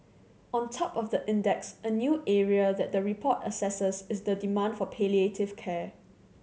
on top of the index a new area that the report assesses is the demand for palliative care